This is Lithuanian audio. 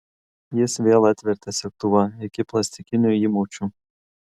jis vėl atvertė segtuvą iki plastikinių įmaučių